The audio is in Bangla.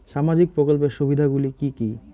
সামাজিক প্রকল্পের সুবিধাগুলি কি কি?